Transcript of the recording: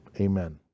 amen